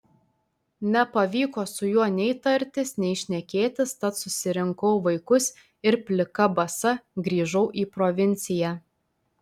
nepavyko su juo nei tartis nei šnekėtis tad susirinkau vaikus ir plika basa grįžau į provinciją